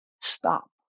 stop